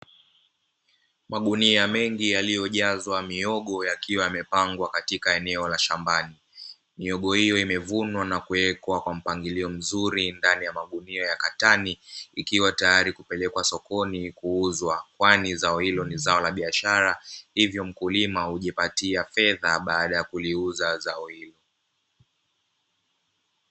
Magunia mengi yaliyojazwa mihogo yakiwa yamejazwa shambani, mihogo hio imevunwa na kuwekwa katika utaratibu mzuri ndani ya magunia ya katani ikiwa tayari kwa ajili ya kupelekwa sokoni kuuzwa, kwani zao hilo nilabiashara hivyo mkulima hujipatia fedha baada ya kuuza zao hilo.